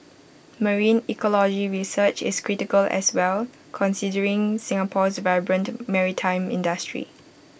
marine ecology research is critical as well considering Singapore's vibrant maritime industry